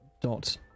dot